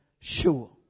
sure